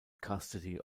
custody